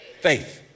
faith